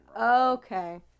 Okay